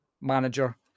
manager